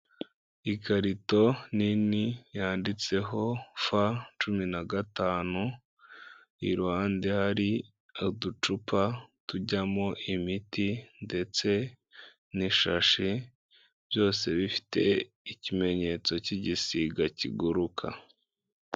Ikarito nini yanditseho fa cumi na gatanu, iruhande hari uducupa tujyamo imiti ndetse n'ishashi, byose bifite ikimenyetso cy'igisiga kiguruka.